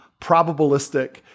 probabilistic